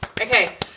Okay